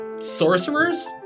sorcerers